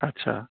اچھا